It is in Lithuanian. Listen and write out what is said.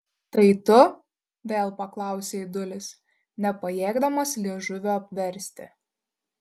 tai tu vėl paklausė aidulis nepajėgdamas liežuvio apversti